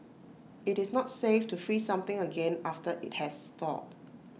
IT is not safe to freeze something again after IT has thawed